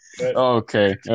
Okay